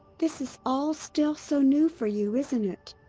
this is all still so new for you, isn't it.